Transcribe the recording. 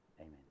amen